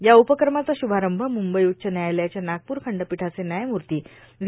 या उपक्रमाचा श्रभारंभ मुंबई उच्च न्यायालयाच्या नागपूर खंडपीठाचे न्यायमुर्ता व्हो